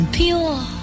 pure